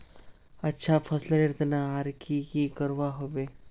अच्छा फसलेर तने आर की की करवा होबे?